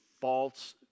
false